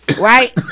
Right